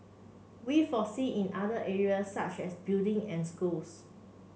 we foresee in other areas such as building and schools